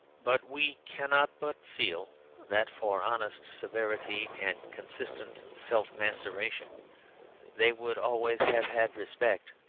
but we cannot but feel that for honest severity and consistent self-maceration they would always have had respect.